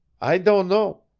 i don' know.